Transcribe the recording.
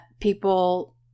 people